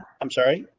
i'm sorry.